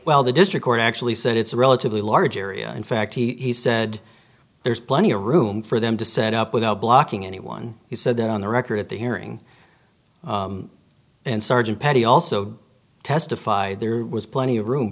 well the district court actually said it's a relatively large area in fact he said there's plenty of room for them to set up without blocking anyone he said that on the record at the hearing and sergeant petty also testified there was plenty of room